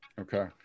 Okay